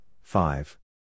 five